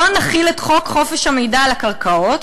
לא נחיל את חוק חופש המידע על הקרקעות,